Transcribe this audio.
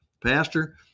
Pastor